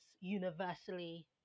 universally